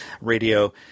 radio